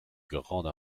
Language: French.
grande